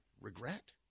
regret